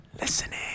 listening